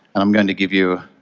and i'm going to give you